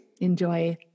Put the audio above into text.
enjoy